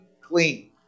clean